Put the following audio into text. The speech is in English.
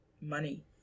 money